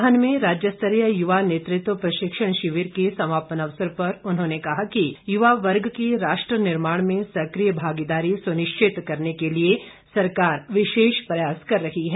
नाहन में राज्य स्तरीय युवा नेतृत्व प्रशिक्षण शिविर के समापन अवसर पर उन्होंने कहा कि युवा वर्ग की राष्ट्र निर्माण में सक्रिय भागीदारी सुनिश्चित करने के लिए सरकार विशेष प्रयास कर रही है